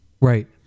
Right